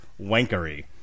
wankery